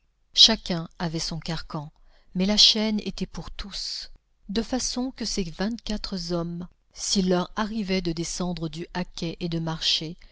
chacun avait son carcan mais la chaîne était pour tous de façon que ces vingt-quatre hommes s'il leur arrivait de descendre du haquet et de marcher